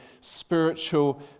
spiritual